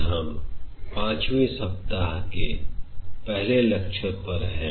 आज हम पांचवी सप्ताह के पहले लेक्चर पर है